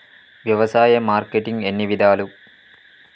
వ్యవసాయ మార్కెటింగ్ ఎన్ని విధాలు?